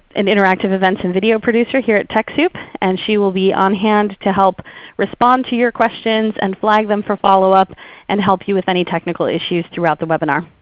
an interactive events and video producer here at techsoup. and she will be on hand to help respond to your questions and flag them for follow-up and help you with any technical issues throughout the webinar.